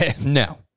no